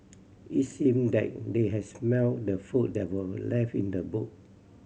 it seemed that they had smelt the food that were left in the boot